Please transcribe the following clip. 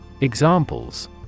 Examples